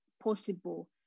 possible